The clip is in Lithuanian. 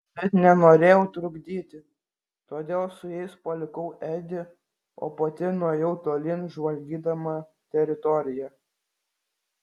bet nenorėjau trukdyti todėl su jais palikau edį o pati nuėjau tolyn žvalgydama teritoriją